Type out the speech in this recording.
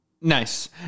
Nice